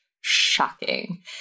shocking